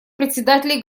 председателей